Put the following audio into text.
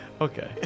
Okay